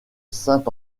saint